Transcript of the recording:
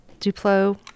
Duplo